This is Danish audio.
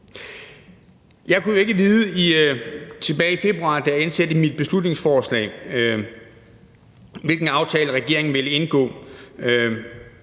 Jeg kunne ikke vide tilbage i februar, da jeg indsendte mit beslutningsforslag, hvilken aftale regeringen ville indgå.